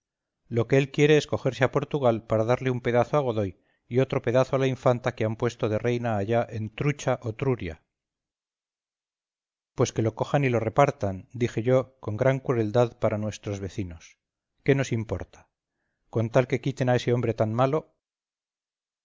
lo que él quiere es cogerse a portugal para darle un pedazo a godoy y otro pedazo a la infanta que han puesto de reina allá en trucha o truria pues que lo cojan y lo repartan dije yo con gran crueldad para nuestros vecinos qué nos importa con tal que quiten a ese hombre tan malo